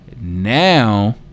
Now